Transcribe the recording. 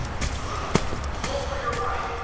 he cried pull for your life,